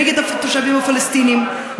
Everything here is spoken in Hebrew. נגד התושבים הפלסטינים,